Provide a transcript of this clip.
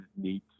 need